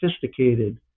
sophisticated